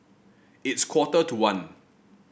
its quarter to one